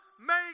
make